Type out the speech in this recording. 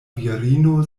virino